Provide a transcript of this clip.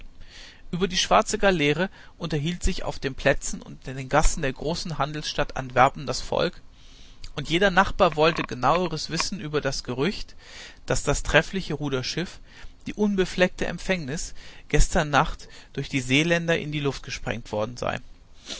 über die schwarze galeere unterhielt sich auf den plätzen und in den gassen der großen handelsstadt antwerpen das volk und jeder nachbar wollte genaueres wissen über das gerücht daß das treffliche ruderschiff die unbefleckte empfängnis gestern nacht durch die seeländer in die luft gesprengt worden sei